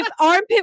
armpit